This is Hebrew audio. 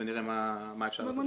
ונראה מה אפשר לעשות.